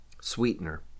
sweetener